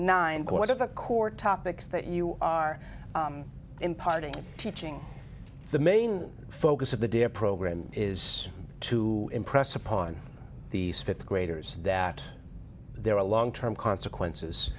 a court topics that you are imparting teaching the main focus of the dare program is to impress upon these th graders that there are long term consequences